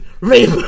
Rape